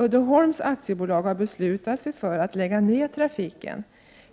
Uddeholm AB har beslutat sig för att lägga ned trafiken,